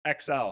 XL